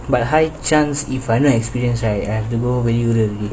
but high chance if I not experience right I have to go